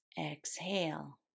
exhale